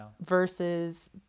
versus